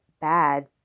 bad